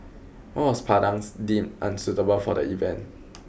why was Padang's deemed unsuitable for the event